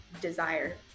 desire